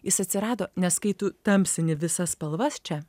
jis atsirado nes kai tu tamsini visas spalvas čia